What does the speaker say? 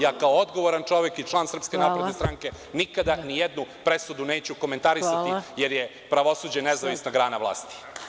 Ja kao odgovoran čovek i član Srpske napredne stranke nikada ni jednu presudu neću komentarisati, jer je pravosuđe nezavisna grana vlasti.